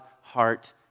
heart